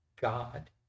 God